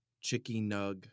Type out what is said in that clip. chicky-nug